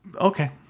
okay